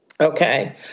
okay